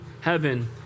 heaven